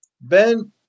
Ben